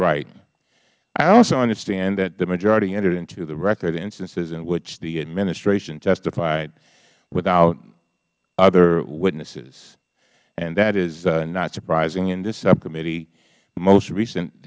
right i also understand that the majority entered into the record instances in which the administration testified without other witnesses and that is not surprising in this subcommittee the most recent